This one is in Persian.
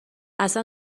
اصلا